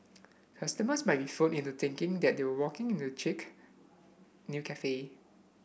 customers might be fooled into thinking that they are walking into chic new cafe